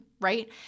right